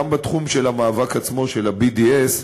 גם בתחום המאבק עצמו, של ה-BDS,